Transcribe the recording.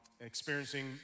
experiencing